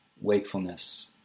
wakefulness